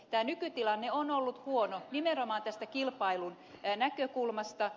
tämä nykytilanne on ollut huono nimenomaan tästä kilpailun näkökulmasta